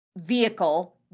vehicle